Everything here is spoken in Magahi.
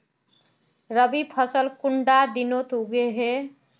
रवि फसल कुंडा दिनोत उगैहे?